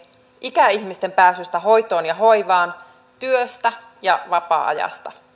ikäihmisten pääsystä hoitoon ja hoivaan työstä ja vapaa ajasta